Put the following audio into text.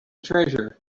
treasure